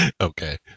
Okay